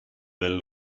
del